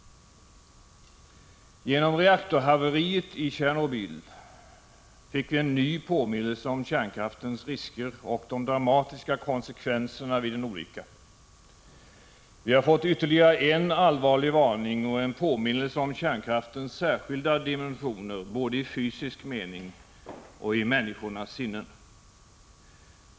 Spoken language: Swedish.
Genom reaktorhaveriet i Tjernobyl fick vi en ny påminnelse om kärnkraftens risker och de dramatiska konsekvenserna vid en olycka. Vi har fått ytterligare en allvarlig varning och en påminnelse om kärnkraftens särskilda dimensioner både i fysisk mening och i människornas sinnen.